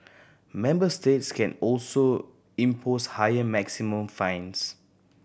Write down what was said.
member states can also impose higher maximum fines